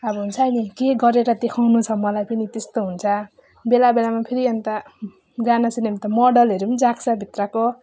अब हुन्छ नि के गरेर देखाउनु छ मलाई पनि त्यस्तो हुन्छ बेला बेलामा फेरि अन्त गाना सुन्यो भने त मडलहरू पनि जाग्छ भित्रको